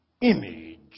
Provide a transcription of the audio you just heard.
image